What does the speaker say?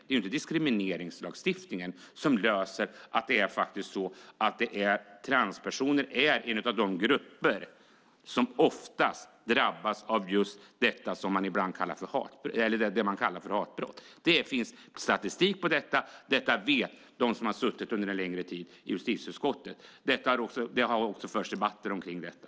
Det är inte diskrimineringslagstiftningen som ska lösa att transpersoner tillhör en av de grupper som oftast drabbas av just det man kallar hatbrott. Det finns statistik på detta. Detta vet de som har suttit en längre tid i justitieutskottet. Det har också förts debatter kring detta.